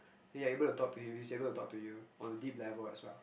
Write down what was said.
then you are able to talk to him he is able to talk to you on a deep level as well